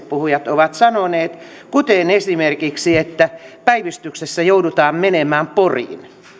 ovat sanoneet esimerkiksi että päivystykseen joudutaan menemään poriin